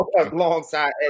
Alongside